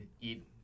eat